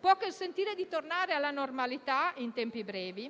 può consentire di tornare alla normalità in tempi brevi,